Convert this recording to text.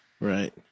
Right